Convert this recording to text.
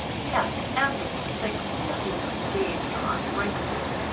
yes, every one thinks they are either engaged or on the brink of it.